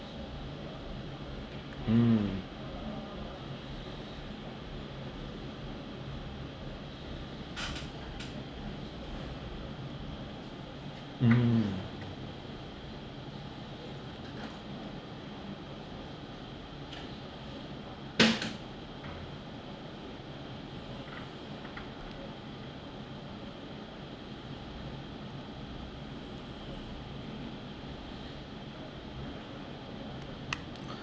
mm mm